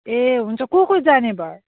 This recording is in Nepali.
ए हुन्छ को को जाने भयो